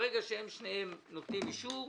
ברגע שהם שניהם נותנים אישור,